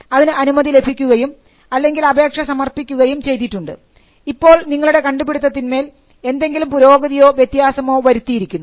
അതിന് അനുമതി ലഭിക്കുകയും അല്ലെങ്കിൽ അപേക്ഷ സമർപ്പിക്കുകയും ചെയ്തിട്ടുണ്ട് ഇപ്പോൾ നിങ്ങളുടെ കണ്ടു പിടിത്തത്തിന്മേൽ എന്തെങ്കിലും പുരോഗതിയോ വ്യത്യാസമോ വരുത്തിയിരിക്കുന്നു